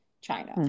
China